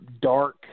dark